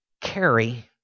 carry